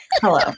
Hello